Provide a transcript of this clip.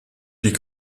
die